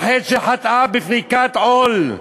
על חטא שחטאה בפריקת עול,